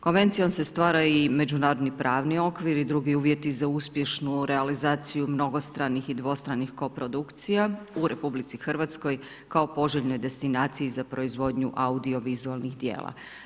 Konvencijom se stvara i međunarodni pravni okvir i drugi uvjeti za uspješnu realizaciju mnogostranih i dvostranih koprodukcija u RH kao poželjnoj destinaciji za proizvodnju audio-vizualnih djela.